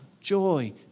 Joy